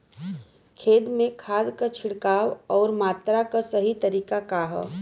खेत में खाद क छिड़काव अउर मात्रा क सही तरीका का ह?